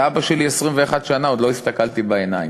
לאבא שלי 21 שנה עוד לא הסתכלתי בעיניים.